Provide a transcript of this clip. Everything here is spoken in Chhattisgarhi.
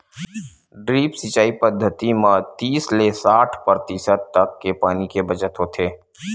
ड्रिप सिंचई पद्यति म तीस ले साठ परतिसत तक के पानी के बचत होथे